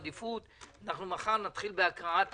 אנחנו מחר נתחיל בהקראת החוק.